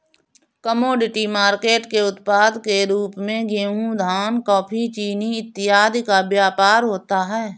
commodity market के उत्पाद के रूप में गेहूं धान कॉफी चीनी इत्यादि का व्यापार होता है